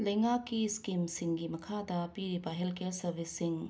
ꯂꯩꯉꯥꯛꯀꯤ ꯁ꯭ꯀꯤꯝꯁꯤꯡꯒꯤ ꯃꯈꯥꯗ ꯄꯤꯔꯤꯕ ꯍꯦꯜ ꯀꯦꯔ ꯁꯕꯤꯁꯁꯤꯡ